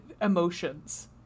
emotions